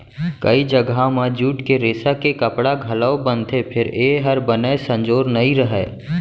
कइ जघा म जूट के रेसा के कपड़ा घलौ बनथे फेर ए हर बने संजोर नइ रहय